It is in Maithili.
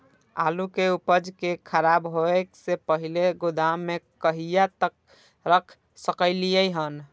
आलु के उपज के खराब होय से पहिले गोदाम में कहिया तक रख सकलिये हन?